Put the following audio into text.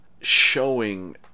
showing